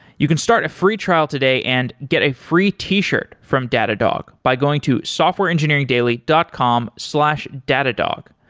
you can start a free trial today and get a free t-shirt from datadog by going to softwareengineeringdaily dot com slash datadog.